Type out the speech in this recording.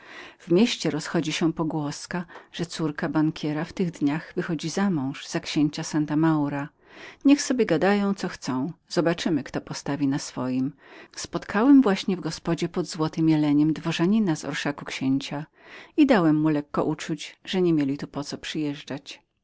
w mieście rozchodzi się pogłoska że córka bankiera w tych dniach wychodzi za mąż za księcia santa maura niech sobie gadają co chcą zobaczymy kto postawi na swojem spotkałem właśnie w gospodzie pod złotym jeleniem jednego dworzanina z orszaku księcia i dałem mu lekko uczuć że nie mieli tu po co przyjeżdżać